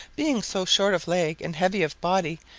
being so short of leg and heavy of body,